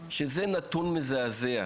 שזה נתון מזעזע.